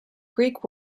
greek